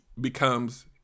becomes